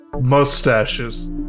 Mustaches